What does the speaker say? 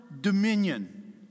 dominion